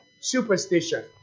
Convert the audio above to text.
Superstition